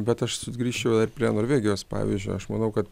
bet aš sugrįšiu dar prie norvegijos pavyzdžio aš manau kad